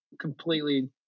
completely